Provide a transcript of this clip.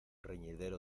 reñidero